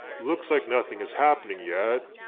looks like nothing is happening yet.